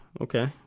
Okay